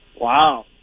Wow